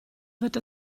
wird